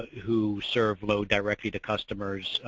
who serve load directly to customers,